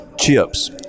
chips